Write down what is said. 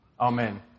Amen